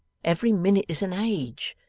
every minute is an age.